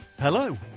hello